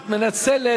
את מנצלת,